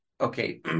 okay